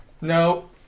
No